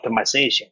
optimization